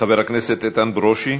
חבר הכנסת איתן ברושי,